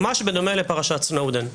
ממש בדומה לפרשת סנודן.